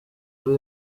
ari